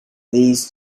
these